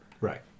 Right